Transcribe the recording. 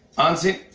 on st.